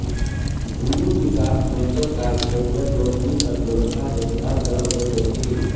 भूमि विकास बैंकक काज खेतिहर लोकनिक अर्थव्यवस्था के सुधार करब होइत अछि